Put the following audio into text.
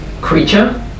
creature